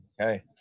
Okay